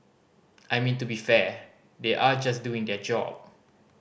I mean to be fair they are just doing their job